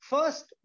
First